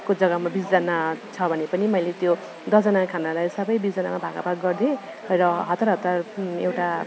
को जगामा बिसजना छ भने पनि मैले त्यो दसजनाको खानालाई सबै बिसजनामा भागाभाग गरिदिए र हतार हतार एउटा